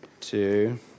Two